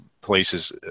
places